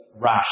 rash